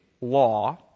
law